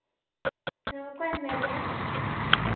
ᱦᱮᱸ ᱚᱠᱚᱭᱮᱢ ᱢᱮᱱᱮᱫᱼᱟ